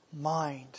mind